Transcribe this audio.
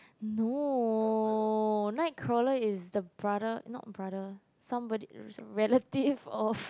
no night crawler is the brother not brother somebody it's a relative of